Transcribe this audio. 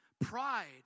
Pride